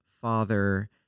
father